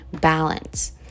balance